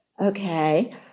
okay